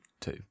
two